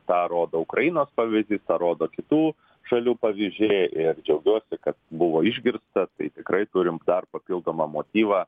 tą rodo ukrainos pavyzdys tą rodo kitų šalių pavyzdžiai ir džiaugiuosi kad buvo išgirsta tai tikrai turim dar papildomą motyvą